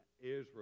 Israel